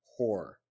whore